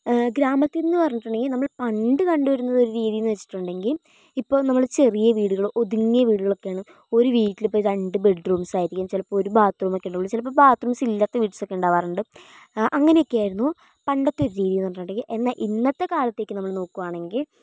ഗ്രാമത്തിന്ന് പറഞ്ഞിട്ടിണ്ടെങ്കി നമ്മൾ പണ്ട് കണ്ട് വരുന്നതൊരു രീതിന്ന് വച്ചിട്ടുണ്ടെങ്കി ഇപ്പൊ നമ്മള് ചെറിയ വീടുകളോ ഒതുങ്ങിയ വീടുകളൊക്കെയാണ് ഒരു വീട്ടിൽ ഇപ്പൊ രണ്ട് ബെഡ്റൂംസ് ആയിരിക്കും ചെലപ്പോ ഒരു ബാത്റൂമൊക്കെ ഇണ്ടാവൊള്ളൂ ചിലപ്പോ ബാത്റൂംസ് ഇല്ലാത്ത വീട്സൊക്കെ ഇണ്ടാവാറിണ്ട് അങ്ങനെയൊക്കെയായിരുന്നു പണ്ടത്തെയൊരു രീതിന്ന് പറഞ്ഞിട്ടിണ്ടെങ്ങി എന്നാ ഇന്നത്തെ കാലത്തിക്ക് നമ്മള് നോക്കുവാണെങ്കിൽ